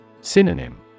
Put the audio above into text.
Synonym